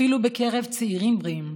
אפילו בקרב צעירים בריאים.